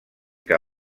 que